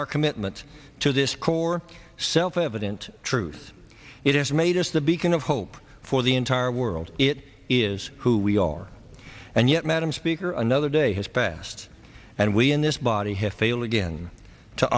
our commitment to this core self evident truth it has made us the beacon of hope for the entire world it is who we are and yet madam speaker another day has passed and we in this body have failed again to